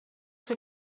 que